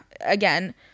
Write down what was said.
again